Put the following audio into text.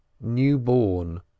new-born